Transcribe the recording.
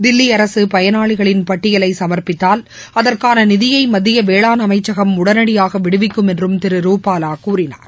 தில்லி அரசு பயனாளிகளின் பட்டியலை சமர்ப்பித்தால் அதற்கான நிதியை மத்திய வேளாண் அமைச்சகம் உடனடியாக விடுவிக்கும் என்றும் திரு ரூபாலா கூறினார்